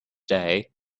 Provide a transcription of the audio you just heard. day